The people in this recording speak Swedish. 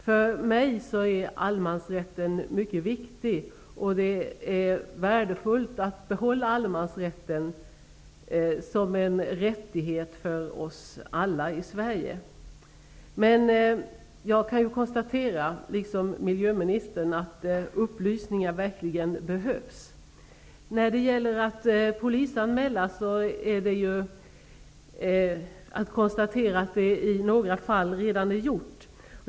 För mig är allemansrätten mycket viktig. Det är värdefullt att behålla allemansrätten som en rättighet för oss alla i Sverige. Jag kan liksom miljöministern konstatera att upplysningar verkligen behövs. Skadegörelsen har i några fall redan polisanmälts.